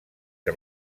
que